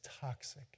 toxic